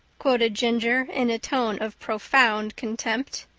quoted ginger in a tone of profound contempt.